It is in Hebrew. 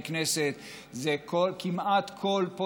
זה לא קשור רק לחברי כנסת,